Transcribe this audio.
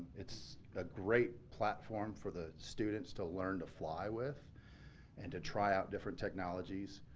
it's a great platform for the students to learn to fly with and to try out different technologies,